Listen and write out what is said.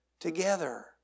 together